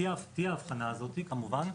תהיה ההבחנה הזאת, כמובן.